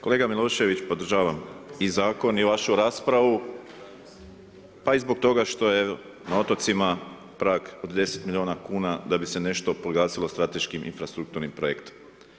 Kolega Milošević, podržavam i zakon i vašu raspravu, pa i zbog toga što je na otocima prag od 10 milijuna kuna, da bi se nešto proglasilo strateškim infrastrukturnim projektima.